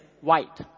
white